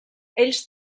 ells